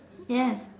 yes